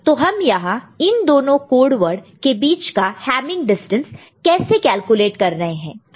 तो हम यहां इन दोनों कोड वर्ड के बीच का हैमिंग डिस्टेंस कैसे कैलकुलेट कर रहे हैं